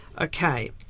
Okay